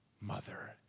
mother